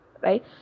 right